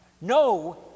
No